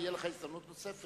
תהיה לך הזדמנות נוספת.